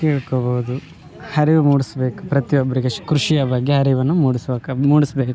ತಿಳ್ಕೊಬಹುದು ಅರಿವು ಮೂಡಿಸಬೇಕು ಪ್ರತಿಯೊಬ್ಬರಿಗೆ ಕೃಷಿಯ ಬಗ್ಗೆ ಅರಿವನ್ನು ಮೂಡಿಸುವ ಕ್ರಮ ಮೂಡಿಸಬೇಕು